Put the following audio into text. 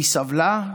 והיא סבלה,